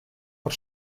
per